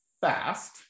fast